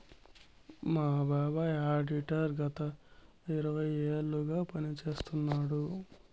మా బాబాయ్ ఆడిటర్ గత ఇరవై ఏళ్లుగా పని చేస్తున్నాడు